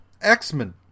X-Men